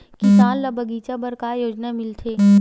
किसान ल बगीचा बर का योजना मिलथे?